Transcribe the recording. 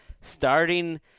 starting –